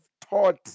taught